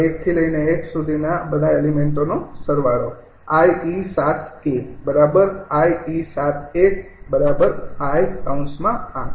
તેથી તેથી 𝑖𝑒૭૧𝑖૮